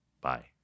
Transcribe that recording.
Bye